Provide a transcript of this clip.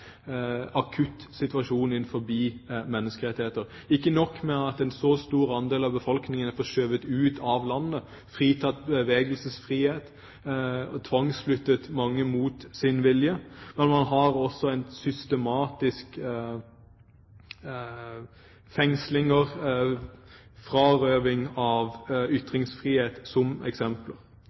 akutt situasjon når det gjelder menneskerettigheter. Ikke nok med at en så stor andel av befolkningen er skjøvet ut av landet, fratatt bevegelsesfrihet, tvangsflyttet – mange mot sin vilje – men man har også eksempler på systematiske fengslinger og frarøving av ytringsfrihet.